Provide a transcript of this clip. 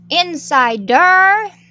Insider